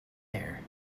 there